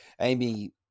Amy